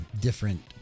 different